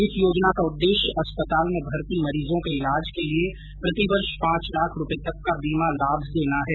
इस योजना का उद्देश्य अस्पताल में भर्ती मरीजों के इलाज के लिए प्रतिवर्ष पांच लाख रुपये तक का बीमा लाभ देना है